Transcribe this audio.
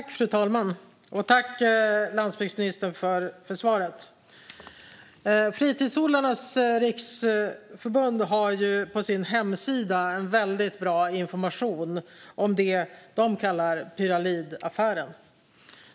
Fru talman! Tack, landsbygdsministern, för svaret! Fritidsodlingens Riksorganisation har på sin hemsida väldigt bra information om det som de kallar pyralidaffären.